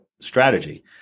strategy